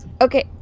Okay